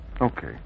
Okay